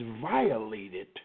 violated